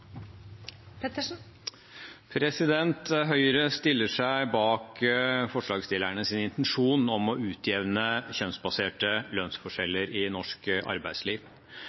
til. Høyre stiller seg bak forslagsstillernes intensjon om å utjevne kjønnsbaserte lønnsforskjeller i norsk arbeidsliv.